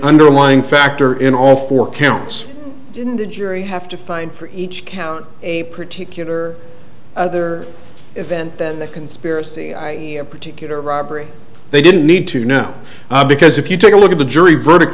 underlying factor in all four counts the jury have to find for each count a particular event the conspiracy particular robbery they didn't need to know because if you take a look at the jury verdict